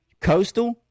Coastal